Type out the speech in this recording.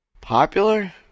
Popular